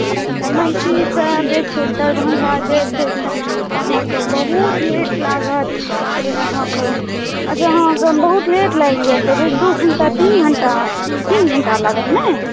अच्छा महिषीसँ जे छै दरभङ्गा जे छै तऽ अहाँकेँ बहुत लेट लागत अहाँकेँ अच्छा अहाँकेँ जे बहुत लेट लागि जायत दू घण्टा तीन घण्टा तीन घण्टा लागत नहि